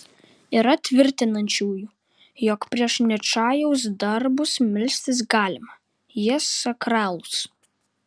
yra tvirtinančiųjų jog prieš ničajaus darbus melstis galima jie sakralūs